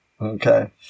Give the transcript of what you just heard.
Okay